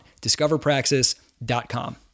DiscoverPraxis.com